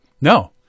No